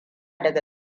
daga